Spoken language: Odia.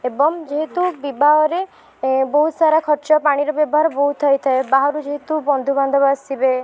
ଏବଂ ଯେହେତୁ ବିବାହରେ ଏ ବହୁତ ସାରା ଖର୍ଚ୍ଚ ପାଣିର ବ୍ୟବହାର ବହୁତ ହୋଇଥାଏ ବାହାରୁ ଯେହେତୁ ବନ୍ଧୁ ବାନ୍ଧବ ଆସିବେ